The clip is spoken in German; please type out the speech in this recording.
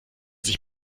sich